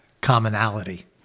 commonality